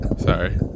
Sorry